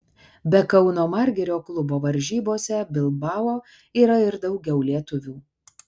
be kauno margirio klubo varžybose bilbao yra ir daugiau lietuvių